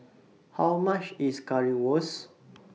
How much IS Currywurst